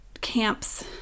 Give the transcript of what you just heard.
camps